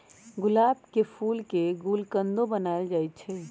गुलाब के फूल के गुलकंदो बनाएल जाई छई